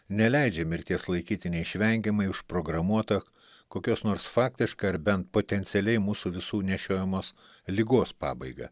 neleidžia mirties laikyti neišvengiamai užprogramuota kokios nors faktiška ar bent potencialiai mūsų visų nešiojamos ligos pabaiga